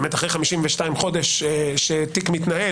באמת אחרי 52 חודשים שתיק מתנהל,